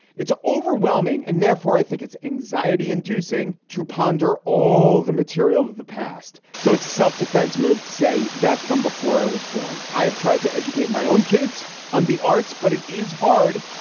it's overwhelming and therefore, i think it's anxiety inducing to ponder all the material of the past. so it's a self-defense move to say that's from before i was born. i have tried to educate my own kids on the arts, but it is hard.